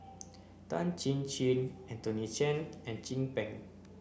Tan Chin Chin Anthony Chen and Chin Peng